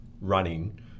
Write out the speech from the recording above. running